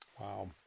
Wow